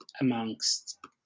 amongst